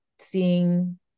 seeing